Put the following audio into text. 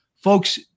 folks